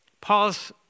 Paul's